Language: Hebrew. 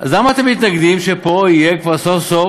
אז למה אתם מתנגדים שפה יהיה כבר סוף-סוף